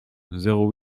zéro